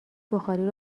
بخاری